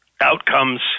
outcomes